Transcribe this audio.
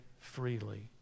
freely